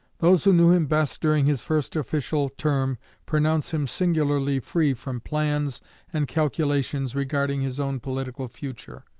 those who knew him best during his first official term pronounce him singularly free from plans and calculations regarding his own political future.